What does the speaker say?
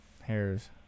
hairs